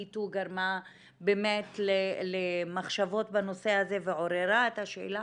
too גרמה באמת למחשבות בנושא הזה ועוררה את השאלה,